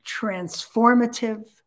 transformative